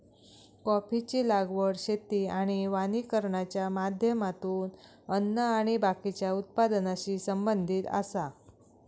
कॉफीची लागवड शेती आणि वानिकरणाच्या माध्यमातून अन्न आणि बाकीच्या उत्पादनाशी संबंधित आसा